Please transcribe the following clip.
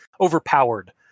overpowered